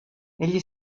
negli